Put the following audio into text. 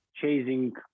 chasing